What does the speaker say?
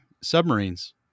submarines